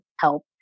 help